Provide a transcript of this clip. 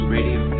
Radio